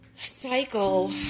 cycle